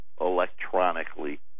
electronically